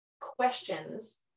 Questions